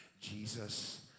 Jesus